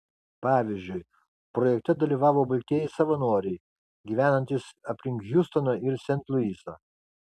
pavyzdžiui projekte dalyvavo baltieji savanoriai gyvenantys aplink hjustoną ir sent luisą